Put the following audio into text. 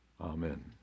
Amen